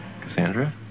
Cassandra